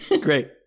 Great